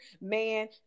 man